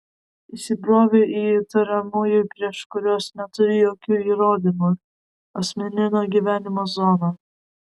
įsibrovei į įtariamųjų prieš kuriuos neturi jokių įrodymų asmeninio gyvenimo zoną